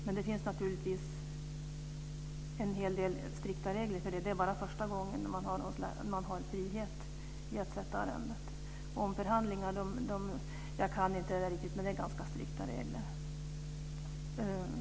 Men det finns naturligtvis en hel del strikta regler för det. Det är bara första gången som man har frihet att sätta arrendet. Jag kan inte detta riktigt, men det är ganska strikta regler som gäller vid omförhandling.